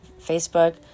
Facebook